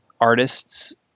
artists